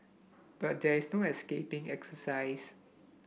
but there is no escaping exercise